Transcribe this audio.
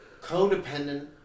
codependent